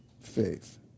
faith